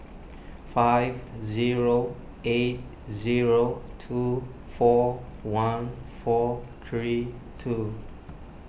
five zero eight zero two four one four three two